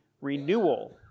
renewal